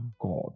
God